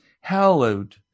Hallowed